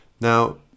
Now